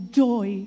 joy